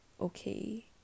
okay